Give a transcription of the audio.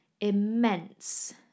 immense